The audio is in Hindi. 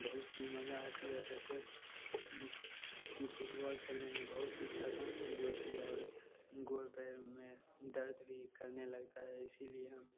बहुत सी मजा आती है जैसे कि फुटबॉल खेलने में बहुत सी थकानी भी होती है और गोड़ पैर में दर्द भी करने लगता है इसीलिए हम